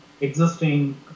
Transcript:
existing